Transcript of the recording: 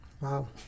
Wow